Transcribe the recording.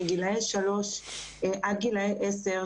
מגילאי שלוש עד גילאי עשר,